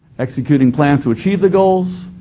executing plans to achieve the goals,